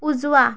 उजवा